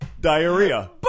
diarrhea